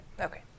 Okay